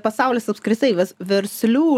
pasaulis apskritai vis verslių